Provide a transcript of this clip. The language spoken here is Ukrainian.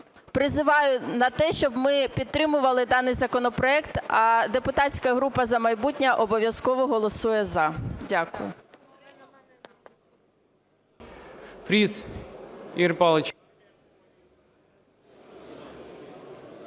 призиваю на те, щоб ми підтримували даний законопроект. А депутатська група "За майбутнє" обов'язково голосує "за". Дякую.